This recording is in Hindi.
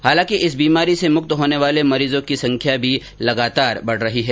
हालांकि इस बीमारी से मुक्त होने वाले मरीजों की संख्या भी लगातार बढ रही हैं